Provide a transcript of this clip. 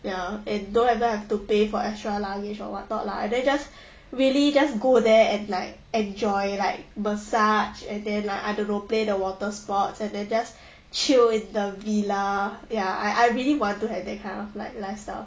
ya and don't even have to pay for extra luggage or whatnot lah and then just really just go there at like enjoy like massage and then like I don't know play the water sports and then just chill in the villa ya I I really want to have that kind of like lifestyle